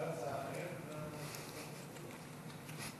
ישיב השר עמיר פרץ, בבקשה.